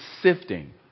sifting